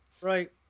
Right